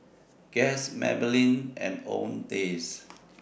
Guess Maybelline and Owndays